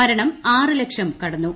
മരണം ആറ് ലക്ഷം കടന്നു